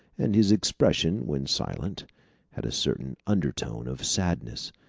and his expression when silent had a certain undertone of sadness,